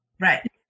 Right